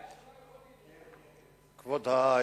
כבוד היושב-ראש,